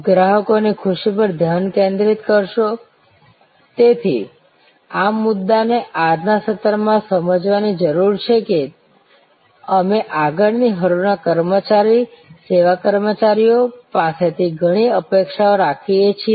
ગ્રાહકોની ખુશી પર ધ્યાન કેન્દ્રિત કરો તેથી આ મુદ્દાને આજના સત્રમાં સમજવાની જરૂર છે કે અમે આગળ ની હરોળ ના કર્મચારી સેવા કર્મચારીઓ પાસેથી ઘણી અપેક્ષા રાખીએ છીએ